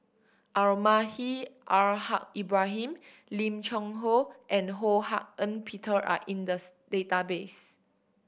Almahdi Al Haj Ibrahim Lim Cheng Hoe and Ho Hak Ean Peter are in the database